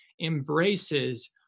embraces